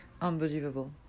unbelievable